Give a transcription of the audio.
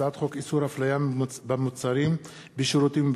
הצעת חוק איסור הפליה במוצרים,